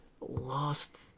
lost